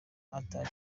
ata